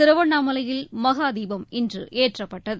திருவண்ணாமலையில் மகாதீபம் இன்று ஏற்றப்பட்டது